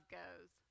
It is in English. goes